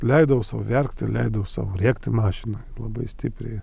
leidau sau verkt leidau sau rėkti mašinoj labai stipriai